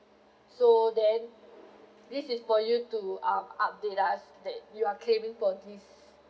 so then this is for you to um update us that you are claiming for this